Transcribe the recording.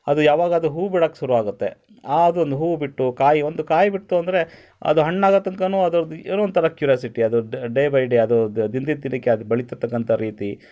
ಅದು ಯಾವಾಗ ಅದು ಹೂ ಬಿಡಕ್ಕೆ ಶುರು ಆಗುತ್ತೆ ಆದು ಒಂದು ಹೂ ಬಿಟ್ಟು ಕಾಯಿ ಒಂದು ಕಾಯಿ ಬಿಟ್ಟಿತು ಅಂದರೆ ಅದು ಹಣ್ಣಾಗೋ ತನಕಾನು ಅದ್ರದ್ದು ಏನೋ ಒಂದು ಥರ ಕ್ಯೂರ್ಯೋಸಿಟಿ ಅದು ಅದು ಡೇ ಬೈ ಡೇ ಅದು ದಿನ ದಿನ ದಿನಕ್ಕೆ ಅದು ಬೆಳೀತಕ್ಕಂಥ ರೀತಿ